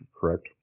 correct